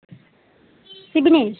Sibinesh